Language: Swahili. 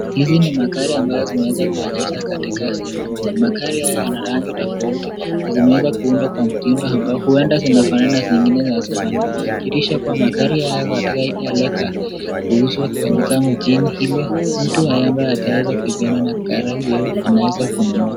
Hizi ni magari ambazo zimeweza kuegezwa katika sehemu moja. Magari haya yana rangi tofauti na zimeweza kuundwa kwa mtindo ambao huenda zinafanana na zingine hazifanani. Inadhihirisha kuwa magari haya yako tayari kuuzwa katika mjini ili mtu ambaye ataweza kuipenda gari hiyo anaweza kununua.